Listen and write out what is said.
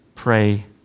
pray